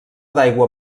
d’aigua